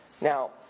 Now